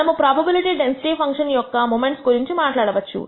మనము probability density function యొక్క moments గురించి మాట్లాడవచ్చు